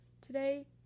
today